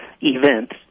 event